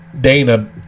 dana